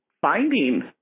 finding